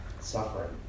suffering